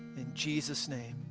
in jesus name,